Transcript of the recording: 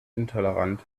intolerant